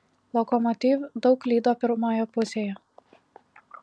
lokomotiv daug klydo pirmoje pusėje